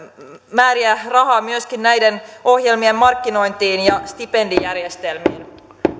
määriä rahaa myöskin näiden ohjelmien markkinointiin ja stipendijärjestelmiin